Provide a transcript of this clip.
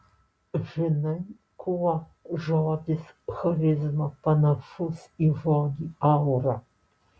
žinai kuo žodis charizma panašus į žodį aura